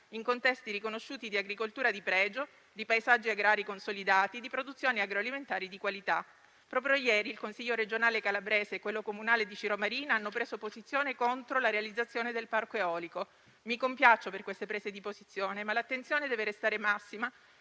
in contesti riconosciuti di agricoltura di pregio, di paesaggi agrari consolidati e di produzioni agroalimentari di qualità. Proprio ieri il Consiglio regionale calabrese e quello comunale di Cirò Marina hanno preso posizione contro la realizzazione del parco eolico. Mi compiaccio per queste prese di posizione, ma l'attenzione deve restare massima